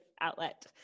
outlet